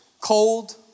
Cold